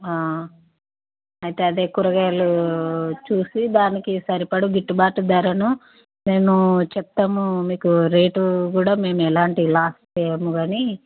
అయితే అదే కూరగాయలు చూసి దానికి సరిపడే గిట్టుబాటు ధరను నేను చెప్తాము మీకు రేటు కూడా మేము ఎలాంటి లాస్ వేయము కాని